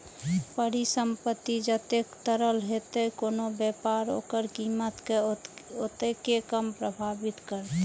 परिसंपत्ति जतेक तरल हेतै, कोनो व्यापार ओकर कीमत कें ओतेक कम प्रभावित करतै